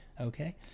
okay